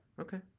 Okay